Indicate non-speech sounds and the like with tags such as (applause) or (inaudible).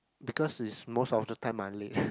because is most of the time I late (laughs)